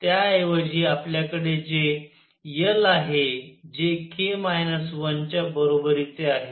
त्याऐवजी आपल्याकडे जे l आहे जे k 1 च्या बरोबरीचे आहे